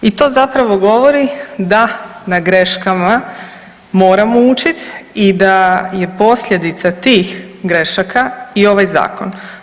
I to zapravo govori da na greškama moramo učit i da je posljedica tih grešaka i ovaj zakon.